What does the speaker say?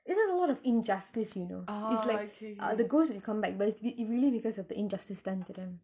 it's just a lot of injustice you know it's like uh the ghost will come back but it's it really because of the injustice done to them